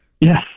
Yes